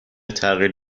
تغییر